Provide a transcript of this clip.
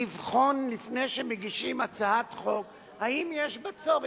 לבחון לפני שמגישים הצעת חוק אם יש בה צורך.